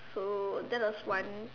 so that was one